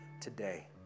today